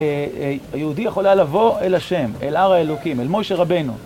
היהודי יכול היה לבוא אל השם, אל הר האלוקים, אל משה רבנו.